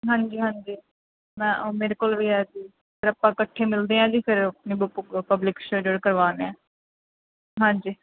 ਹਾਂਜੀ ਹਾਂਜੀ ਮੈਂ ਮੇਰੇ ਕੋਲ ਵੀ ਆਇਆ ਸੀ ਫਿਰ ਆਪਾਂ ਇਕੱਠੇ ਮਿਲਦੇ ਹਾਂ ਜੀ ਫਿਰ ਆਪਣੀ ਬੁੱਕ ਪਬਲਿਸ਼ਡ ਕਰਵਾਉਂਦੇ ਹਾਂ ਹਾਂਜੀ